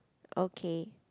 okay